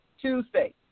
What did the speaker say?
Tuesday